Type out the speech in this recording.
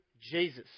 Jesus